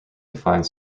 define